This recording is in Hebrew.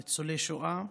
ניצולי השואה,